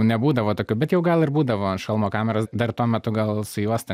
nebūdavo tokio bet jau gal ir būdavo šalmo kameros dar tuo metu gal su juosta